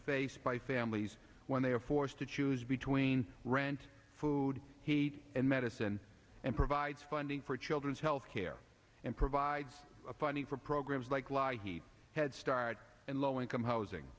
faced by families when they are forced to choose between rent food heat and medicine and provides funding for children's health care and provides funding for programs like lie he had starred in low income housing